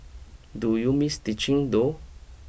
do you miss teaching though